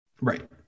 Right